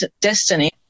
destiny